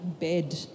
bed